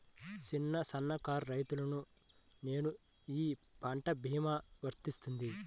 చిన్న సన్న కారు రైతును నేను ఈ పంట భీమా వర్తిస్తుంది?